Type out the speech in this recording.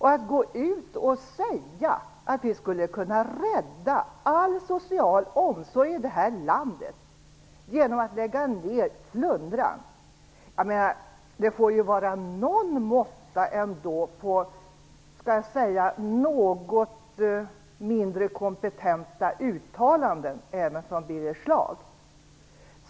Birger Schlaug säger att all social omsorg i vårt land skulle kunna räddas genom att vi lägger ned projektet Flundran. Det får vara någon måtta på något mindre kompetenta uttalanden även från Birger Schlaug.